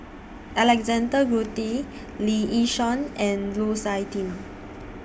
Alexander Guthrie Lee Yi Shyan and Lu Suitin